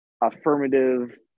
affirmative